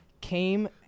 came